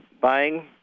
Buying